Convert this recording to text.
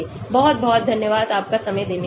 बहुत बहुत धन्यवाद आपका समय देने के लिए